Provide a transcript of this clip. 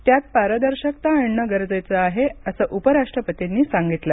त्यात पारदर्शकता आणणं गरजेचं आहे असं उपराष्ट्रपतींनी सांगितलं